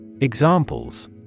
Examples